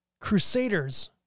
crusaders